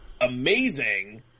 amazing